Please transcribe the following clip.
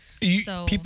People